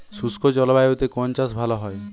শুষ্ক জলবায়ুতে কোন চাষ ভালো হয়?